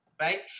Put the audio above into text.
Right